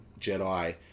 Jedi